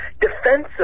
defensive